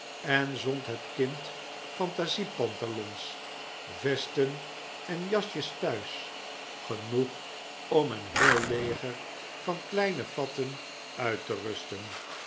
en zond het kind fantasie pantalons vesten en jasjes thuis genoeg om een heel leger van kleine fatten uit te rusten